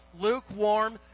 lukewarm